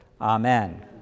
Amen